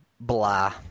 blah